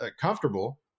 comfortable